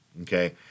Okay